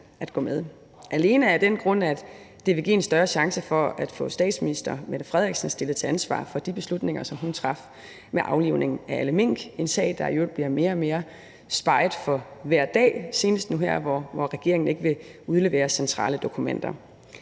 alene af den grund, at det vil give en større chance for at få statsministeren stillet til ansvar for de beslutninger, som hun traf, om aflivning af alle mink. Det er en sag, der i øvrigt bliver mere og mere speget, for hver dag der går – senest nu her, hvor regeringen ikke vil udlevere centrale dokumenter.